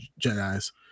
Jedi's